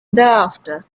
thereafter